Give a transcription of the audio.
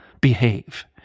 behave